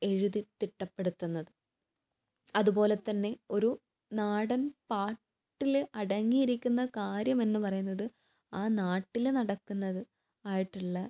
എഴുതി തിട്ടപ്പെടുത്തുന്നത് അതുപോലെ തന്നെ ഒരു നാടൻ പാട്ടിൽ അടങ്ങിയിരിക്കുന്ന കാര്യം എന്ന് പറയുന്നത് ആ നാട്ടിൽ നടക്കുന്നത് ആയിട്ടുള്ള